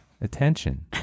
attention